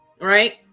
right